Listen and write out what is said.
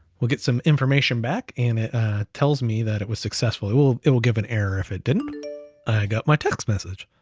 we'll get some information back, and it tells me that it was successful. it will it will give an error if it didn't, i got my text message.